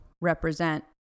Represent